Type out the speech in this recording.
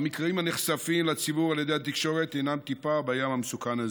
המקרים הנחשפים לציבור על ידי התקשורת הינם טיפה בים המסוכן הזה.